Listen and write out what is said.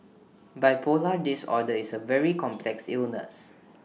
bipolar disorder is A very complex illness